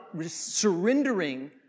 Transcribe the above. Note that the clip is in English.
surrendering